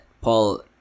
Paul